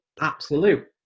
Absolute